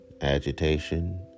agitation